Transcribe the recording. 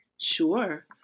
Sure